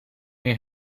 meer